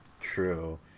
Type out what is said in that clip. True